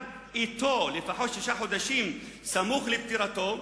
אתו לפחות שישה חודשים סמוך לפטירתו,